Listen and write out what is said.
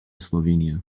slovenia